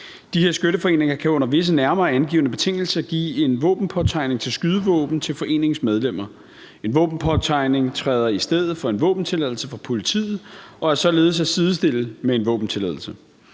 Disse skytteforeninger kan under visse nærmere angivne betingelser give en våbenpåtegning til skydevåben til foreningens medlemmer. En våbenpåtegning træder i stedet for en våbentilladelse fra politiet og er således at sidestille med en våbentilladelse.